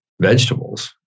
vegetables